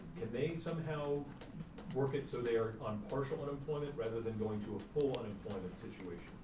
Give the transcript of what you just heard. can they somehow work it so they are on partial unemployment rather than going to a full unemployment situation?